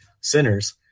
sinners